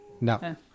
No